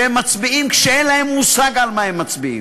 שהם מצביעים כשאין להם מושג על מה הם מצביעים.